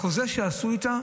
בחוזה שעשו איתה